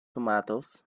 tomatoes